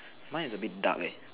mine is a bit dark eh